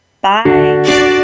bye